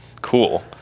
cool